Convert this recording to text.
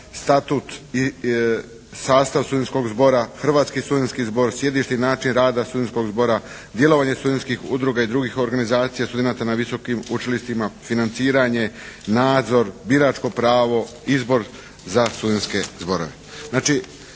statut i sastav studentskog zbora, Hrvatski studentski zbor, sjedište i način rada studentskog zbora, djelovanje studentskih udruga i drugih organizacija studenata na visokim učilištima, financiranje, nadzor, biračko pravo, izbor za studentske zborove.